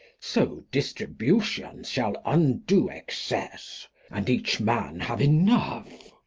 so distribution shall undo excess and each man have enough.